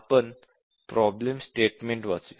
आपण problem statement वाचूया